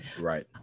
right